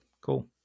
cool